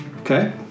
Okay